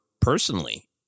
personally